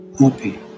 happy